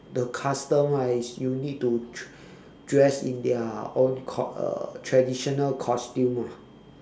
the custom ah is you need to dress in their own cos~ uh traditional costume ah